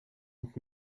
und